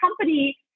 company